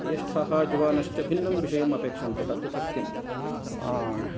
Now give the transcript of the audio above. ज्येष्ठः युवानश्च भिन्नं विषयम् अपेक्ष्यन्ते तत् तु सत्यम्